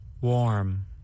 Warm